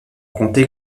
comté